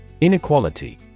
Inequality